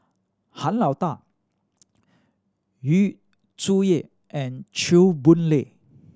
Han Lao Da Yu Zhuye and Chew Boon Lay